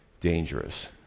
dangerous